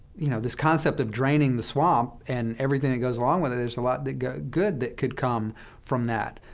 you know, this concept of draining the swamp and everything that goes along with it, there's a lot good good that could come from that.